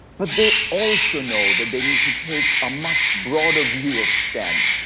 but they also know that they need to take a much broader view of stem.